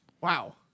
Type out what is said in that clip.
Wow